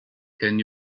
can